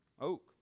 Oak